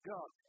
God